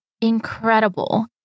incredible